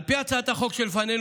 על פי הצעת החוק שלפנינו,